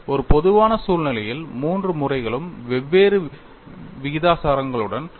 ஒரு பொதுவான சூழ்நிலையில் மூன்று முறைகளும் வெவ்வேறு விகிதாச்சாரங்களுடன் தோன்றும்